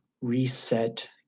reset